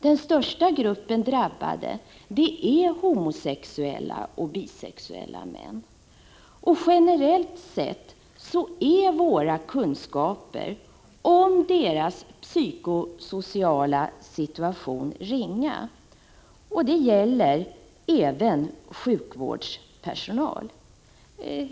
Den största gruppen drabbade är homosexuella och bisexuella män, och generellt sett är våra kunskaper om deras psykosociala situation ringa. Det gäller även sjukvårdspersonalen.